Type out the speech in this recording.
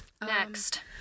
Next